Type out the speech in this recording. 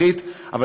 לגבי העסקה הנוכחית.